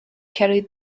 carried